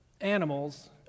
animals